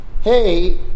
hey